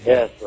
Yes